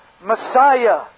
Messiah